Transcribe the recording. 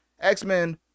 x-men